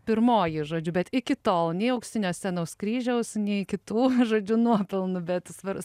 pirmoji žodžiu bet iki tol nei auksinio scenaus kryžiaus nei kitų žodžiu nuopelnų bet svarus